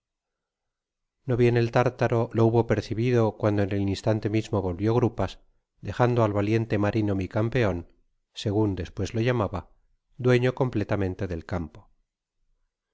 no bien el tártaro lo hubo percibido cuando en el instante mismo volvió grupas dejando al valiente marino mi campeon segun despues lo llamaba dueño completamente del campo